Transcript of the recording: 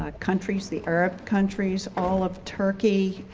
ah countries, the arab countries, all of turkey,